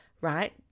right